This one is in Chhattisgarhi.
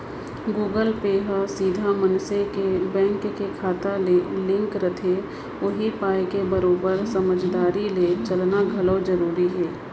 गुगल पे ह सीधा मनसे के बेंक के खाता ले लिंक रथे उही पाय के बरोबर समझदारी ले चलाना घलौ जरूरी हावय